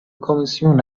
کمیسیون